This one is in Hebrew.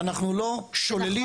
ואנחנו לא שוללים.